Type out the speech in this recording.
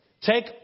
take